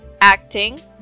Acting